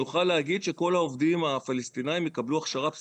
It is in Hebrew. נוכל להגיד שכל העובדים הפלסטינאים יקבלו הכשרה בסיסית,